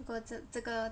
果这这个